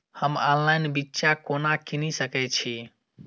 हम ऑनलाइन बिच्चा कोना किनि सके छी?